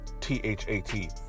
t-h-a-t